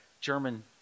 German